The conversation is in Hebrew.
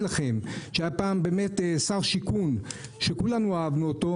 לכם שהיה פעם שר שיכון שכולנו אהבנו אותו,